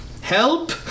Help